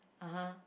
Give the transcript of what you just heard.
(uh huh)